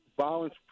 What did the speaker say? violence